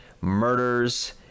murders